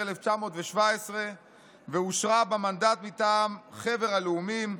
1917 ואושרה במנדט מטעם חבר הלאומים,